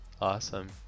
awesome